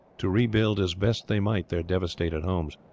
to rebuild as best they might their devastated homes.